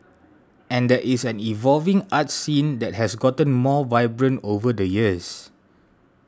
and there is an evolving arts scene that has gotten more vibrant over the years